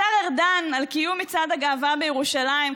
השר ארדן על קיום מצעד הגאווה בירושלים,